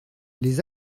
les